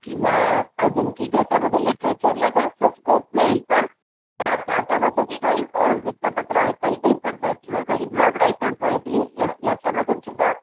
किंवा अजून की ज्याच्यामध्ये लिट्रेचरला जास्त स्कोप मिळेल पण त्या आता जसं की काही वृत्तपत्र आहेत काही पेपर्स आहेत किंवा काही ब्लॉग रायटर्स आहेत ये या याच्यामधून सुद्धा